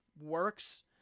works